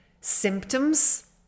symptoms